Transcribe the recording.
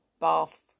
bath